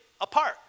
apart